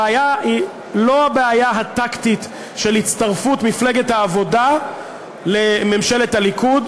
הבעיה היא לא הבעיה הטקטית של הצטרפות מפלגת העבודה לממשלת הליכוד,